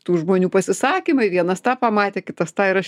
tų žmonių pasisakymai vienas tą pamatė kitas tą ir aš